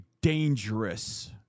dangerous